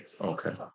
Okay